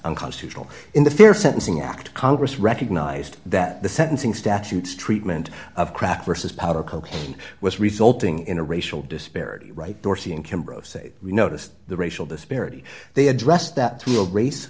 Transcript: unconstitutional in the fair sentencing act congress recognized that the sentencing statutes treatment of crack versus powder cocaine was resulting in a racial disparity right dorsy income bro say we noticed the racial disparity they addressed that